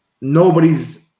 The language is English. nobody's